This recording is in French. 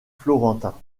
florentin